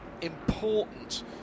important